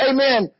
Amen